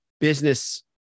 business